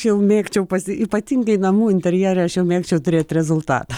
jau mėgčiau pasi ypatingai namų interjere aš jau mėgčiau turėt rezultatą